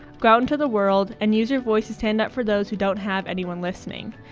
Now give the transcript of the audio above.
go out into the world and use your voice to stand up for those who don't have anyone listening.